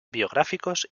biográficos